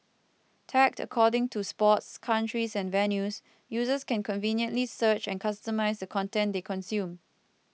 tagged according to sports countries and venues users can conveniently search and customise the content they consume